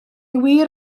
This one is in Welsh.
wir